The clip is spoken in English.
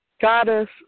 goddess